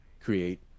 create